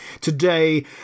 Today